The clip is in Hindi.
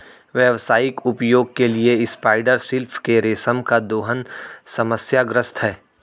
व्यावसायिक उपयोग के लिए स्पाइडर सिल्क के रेशम का दोहन समस्याग्रस्त है